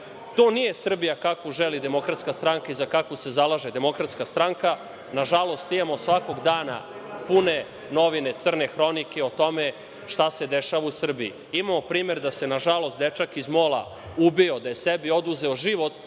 nije Srbija kakvu želi DS i za kakvu se zalaže DS. Nažalost, imamo svakog dana pune novine crne hronike o tome šta se dešava u Srbiji. Imamo primer da se, nažalost, dečak iz Mola ubio, da je sebi oduzeo život